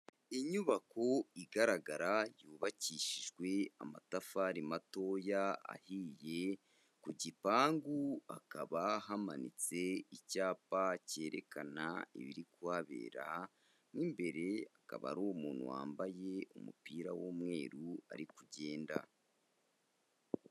Inyubako igaragara yubakishijwe amatafari matoya ahiye, ku gipangu hakaba hamanitse icyapa cyerekana ibiri kuhabera , mw'imbere hakaba hari umuntu wambaye umupira w'umweru ari kugenda.